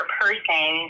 person